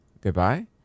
goodbye